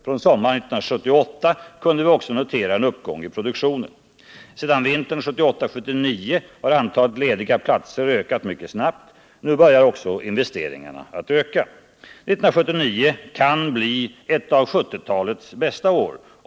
Från sommaren 1978 kunde vi också notera en uppgång i produktionen. Sedan vintern 1978-1979 har antalet lediga platser ökat mycket snabbt. Nu börjar också investeringarna att öka. 1979 kan bli ett av 1970-talets bästa år.